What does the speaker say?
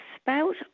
spout